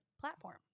platform